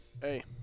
hey